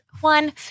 one